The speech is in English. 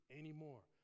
anymore